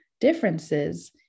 differences